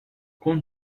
com